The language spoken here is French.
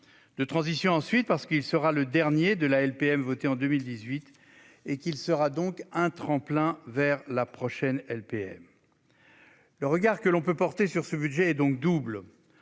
De transition, ensuite, parce qu'il sera le dernier de la LPM votée en 2018, et qu'il sera donc un tremplin vers la prochaine LPM. Le regard que l'on peut porter sur ce budget est donc double.